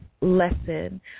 lesson